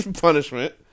punishment